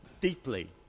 deeply